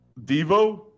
devo